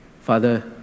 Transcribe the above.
Father